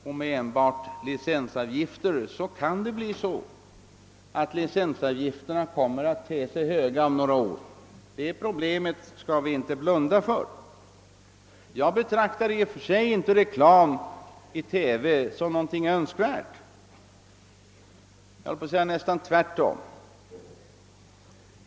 Skall verksamheten finansieras med licenser, kan licensavgifterna komma att te sig höga om några år. Det problemet bör vi inte blunda för. Jag betraktar i och för sig inte reklam i TV som någonting önskvärt — snarare tvärtom.